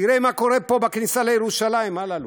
תראה מה קורה פה, בכניסה לירושלים, אלאלוף.